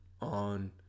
on